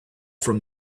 from